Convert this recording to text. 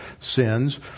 sins